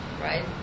right